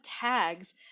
tags